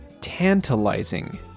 Tantalizing